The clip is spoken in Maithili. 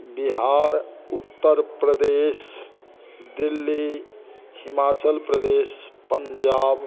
बिहार उत्तर प्रदेश दिल्ली हिमाचल प्रदेश पँजाब